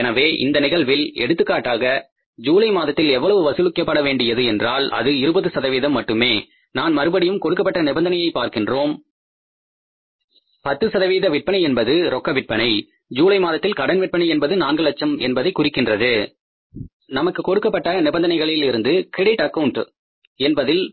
எனவே இந்த நிகழ்வில் எடுத்துக்காட்டாக ஜூலை மாதத்தில் எவ்வளவு வசூலிக்கப்பட வேண்டியது என்றால் அது 20 சதவீதம் மட்டுமே நாம் மறுபடியும் கொடுக்கப்பட்ட நிபந்தனையை பார்க்கின்றோம் 10 விற்பனை என்பது ரொக்க விற்பனை ஜூலை மாதத்தில் கடன் விற்பனை என்பது 4 லட்சம் என்பதை குறிக்கின்றது நமக்கு கொடுக்கப்பட்ட நிபந்தனைகளில் இருந்து கிரடிட் ஆக்கவுண்ட் என்பதில்